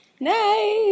Nice